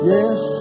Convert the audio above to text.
Yes